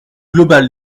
global